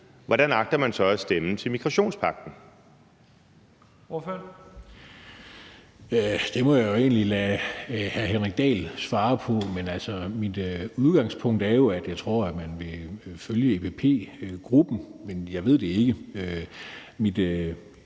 Ordføreren. Kl. 11:02 Steffen Larsen (LA): Det må jeg jo egentlig lade hr. Henrik Dahl svare på. Mit udgangspunkt er, at jeg tror, at man vil følge EPP-gruppen, men jeg ved det ikke.